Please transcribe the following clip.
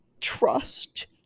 Trust